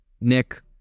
Nick